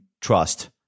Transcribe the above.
trust